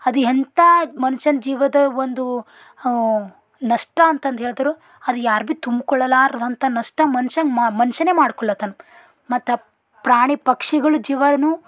ಅದು ಎಂಥ ಮನ್ಷನ ಜೀವದ ಒಂದು ನಷ್ಟ ಅಂತಂದು ಹೇಳ್ದರೂ ಅದು ಯಾರು ಭಿ ತುಂಬಿಕೊಳ್ಳಲಾರ್ದಂಥ ನಷ್ಟ ಮನ್ಷನ್ಗೆ ಮನುಷ್ಯನೇ ಮಾಡ್ಕೊಳ್ಳತ್ತಾನ ಮತ್ತು ಪ್ರಾಣಿ ಪಕ್ಷಿಗಳ ಜೀವನೂ